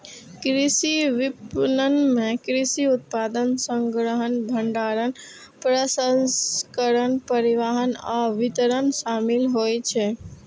कृषि विपणन मे कृषि उत्पाद संग्रहण, भंडारण, प्रसंस्करण, परिवहन आ वितरण शामिल होइ छै